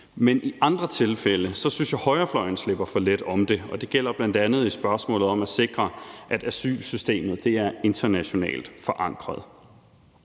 Men i andre tilfælde synes jeg, at højrefløjen slipper for let om ved det, og det gælder bl.a. i spørgsmålet om at sikre, at asylsystemet er internationalt forankret.